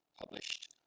published